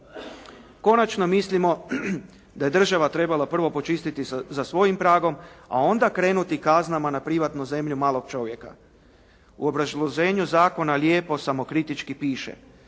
Konačno, mislimo da je država trebala prvo počistiti za svojim pragom a onda krenuti kaznama na privatnu zemlju malog čovjeka. U obrazloženju zakona lijepo samokritički piše: